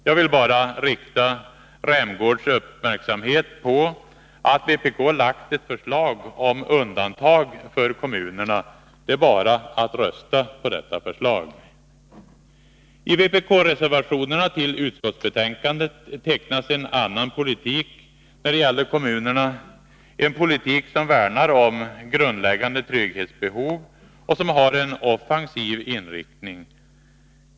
Jag vill bara rikta Rolf Rämgårds uppmärksamhet på att vpk framlagt ett förslag om undantag för kommunerna. Det är bara att rösta för detta förslag. I vpk-reservationerna till utskottsbetänkandet tecknas en annan politik, en politik som värnar om grundläggande trygghetsbehov och har en offensiv inriktning.